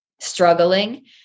struggling